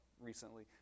recently